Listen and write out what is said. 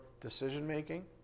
decision-making